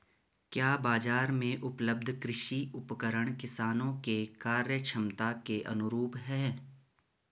क्या बाजार में उपलब्ध कृषि उपकरण किसानों के क्रयक्षमता के अनुरूप हैं?